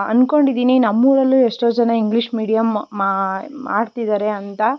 ಅನ್ಕೊಂಡಿದೀನಿ ನಮ್ಮೂರಲ್ಲೂ ಎಷ್ಟೋ ಜನ ಇಂಗ್ಲೀಷ್ ಮೀಡಿಯಮ್ ಮಾಡ್ತಿದ್ದಾರೆ ಅಂತ